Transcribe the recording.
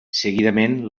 seguidament